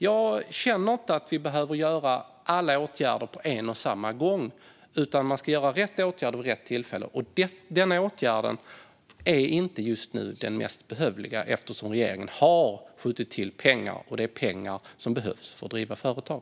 Jag känner inte att vi behöver vidta alla åtgärder på en och samma gång, utan man ska vidta rätt åtgärd vid rätt tillfälle. Denna åtgärd är inte den just nu mest behövliga eftersom regeringen har skjutit till pengar, och det är pengar som behövs för att driva företag.